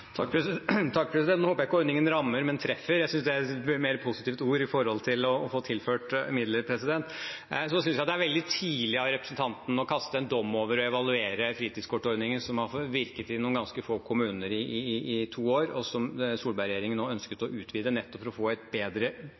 Nå håper jeg ikke ordningen rammer, men «treffer». Jeg synes det er et mer positivt ord når det gjelder å få tilført midler. Jeg synes det er veldig tidlig av representanten å kaste en dom over og evaluere fritidskortordningen, som har virket i noen ganske få kommuner i to år, og som Solberg-regjeringen nå ønsket å utvide for å få et bedre